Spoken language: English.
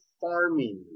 farming